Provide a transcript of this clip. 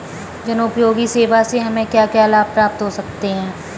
जनोपयोगी सेवा से हमें क्या क्या लाभ प्राप्त हो सकते हैं?